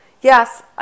Yes